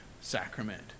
sacrament